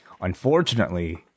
unfortunately